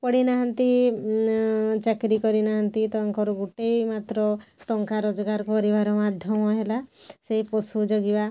ପଢ଼ି ନାହାଁନ୍ତି ଚାକିରୀ କରିନାହାଁନ୍ତି ତାଙ୍କର ଗୋଟେ ମାତ୍ର ଟଙ୍କା ରୋଜଗାର କରିବାର ମାଧ୍ୟମ ହେଲା ସେଇ ପଶୁ ଜଗିବା